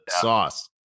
sauce